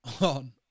on